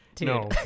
No